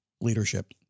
leadership